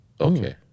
Okay